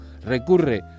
recurre